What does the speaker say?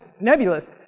nebulous